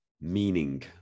meaning